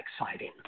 exciting